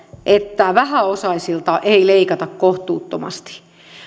että vähäosaisilta ei leikata kohtuuttomasti